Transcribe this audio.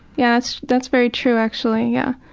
yeah that's that's very true actually yeah.